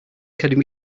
can